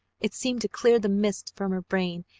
it seemed to clear the mists from her brain,